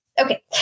Okay